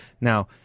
Now